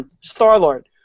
Star-Lord